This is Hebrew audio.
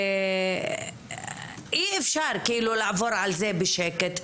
אי אפשר לעבור על זה בשקט.